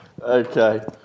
Okay